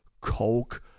Coke